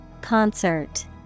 Concert